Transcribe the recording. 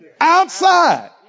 outside